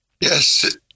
Yes